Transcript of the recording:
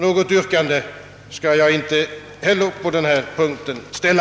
Något yrkande skall jag inte heller på denna punkt framställa.